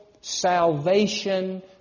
salvation